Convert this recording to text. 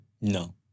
No